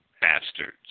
bastards